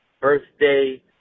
birthday